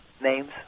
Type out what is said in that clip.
names